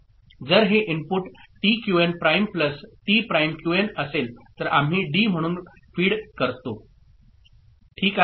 जर हे input T QN prime plus T prime QN असेल तर आम्ही डी म्हणून फीड करतो ओके